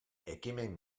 ekimen